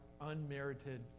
unmerited